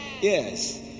Yes